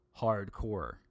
hardcore